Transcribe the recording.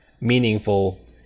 meaningful